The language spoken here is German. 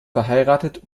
verheiratet